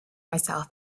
myself